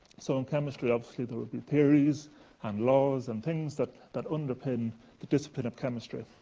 so, in chemistry, obviously, there would be theories and laws and things that that underpin the discipline of chemistry.